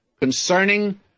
concerning